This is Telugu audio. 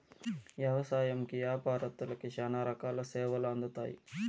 వ్యవసాయంకి యాపారత్తులకి శ్యానా రకాల సేవలు అందుతాయి